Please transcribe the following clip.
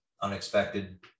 unexpected